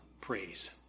praise